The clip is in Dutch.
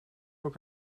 ook